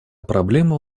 проблема